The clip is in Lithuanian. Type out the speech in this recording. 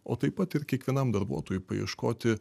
o taip pat ir kiekvienam darbuotojui paieškoti